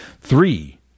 Three